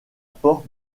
porte